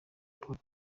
paul